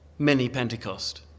mini-Pentecost